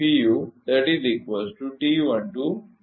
તેથી આ સમીકરણ 23 છે